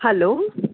hello